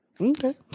Okay